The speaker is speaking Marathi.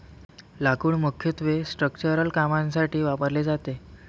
लाकूड मुख्यत्वे स्ट्रक्चरल कामांसाठी वापरले जाते